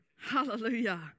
Hallelujah